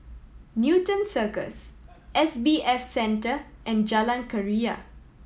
Newton Cirus S B F Center and Jalan Keria